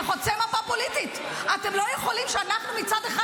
זה חוצה מפה פוליטית: אתם לא יכולים שאנחנו מצד אחד